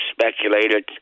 speculated